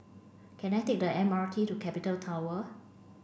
can I take the M R T to Capital Tower